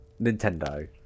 Nintendo